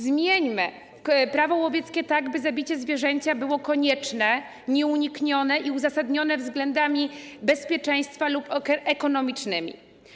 Zmieńmy Prawo łowieckie tak, by zabicie zwierzęcia było konieczne, nieuniknione i uzasadnione względami bezpieczeństwa lub ekonomicznymi.